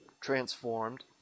transformed